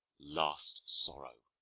last sorrow.